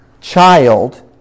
child